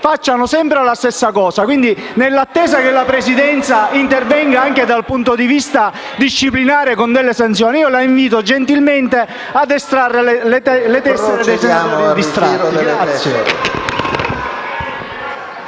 facciano sempre la stessa cosa. Pertanto, in attesa che la Presidenza intervenga anche dal punto di vista disciplinare con delle sanzioni, la invito gentilmente a far estrarre le tessere dei senatori distratti.